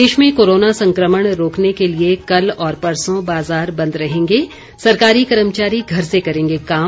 प्रदेश में कोरोना संक्रमण रोकने के लिए कल और परसों बाजार बंद रहेंगें सरकारी कर्मचारी घर से करेंगें काम